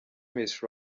miss